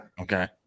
Okay